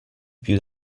più